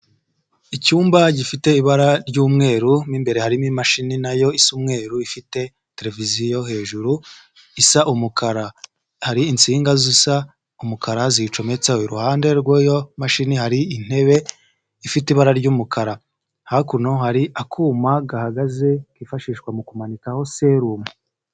Icyumba gifite ibara ry'umweru n'imbere harimo imashini nayo isa umweruru ifite televiziyo yo hejuru isa umukara, hari insinga zisa umukara ziyicometseho, iruhande rw'iyo mashini hari intebe ifite ibara ry'umukara, hakuno hari akuma gahagaze kifashishwa mu kumanikaho serumu.